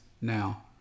now